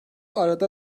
arada